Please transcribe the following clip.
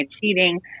cheating